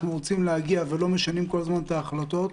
רוצים להגיע ולא משנים כל זמן את ההחלטות,